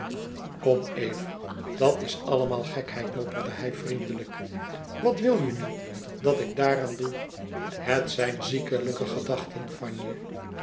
kom eve dat is allemaal gekheid mopperde hij vriendelijk wat wil je nu dat ik daaraan doe het zijn ziekelijke gedachten van je